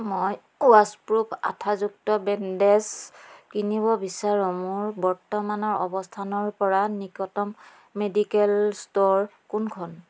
মই ৱাছপ্ৰুফ আঠাযুক্ত বেণ্ডেছ কিনিব বিচাৰোঁ মোৰ বৰ্তমানৰ অৱস্থানৰ পৰা নিকতম মেডিকেল ষ্ট'ৰ কোনখন